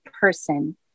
person